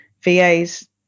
VA's